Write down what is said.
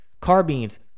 Carbines